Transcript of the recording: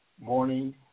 morning